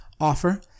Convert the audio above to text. offer